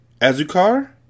Azucar